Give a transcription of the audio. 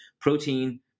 protein